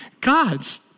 gods